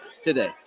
today